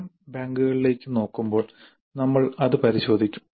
ഇനം ബാങ്കുകളിലേക്ക് നോക്കുമ്പോൾ നമ്മൾ അത് പരിശോധിക്കും